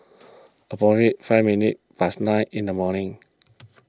approximately five minutes past nine in the morning